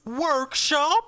workshop